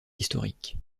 historique